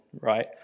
right